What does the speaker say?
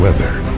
Weather